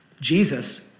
Jesus